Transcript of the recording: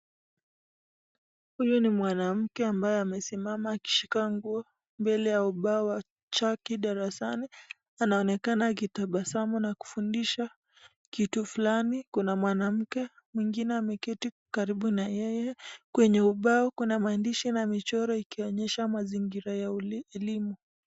Huyu ni mwanamke ambaye amesimama akishika nguo mbele ya ubao wa chaki darasani. Anaonekana akitabasamu akifundisha kitu fulani. Kuna mwanamke ameketi karibu na yeye kwenye ubao kuna maandishi na michoro ikionyesha mazingira ya elimu.